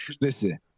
listen